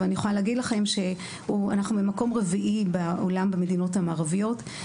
אבל אני יכולה להגיד לכם שאנחנו במקום רביעי בעולם במדינות המערביות.